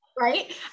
Right